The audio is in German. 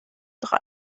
drei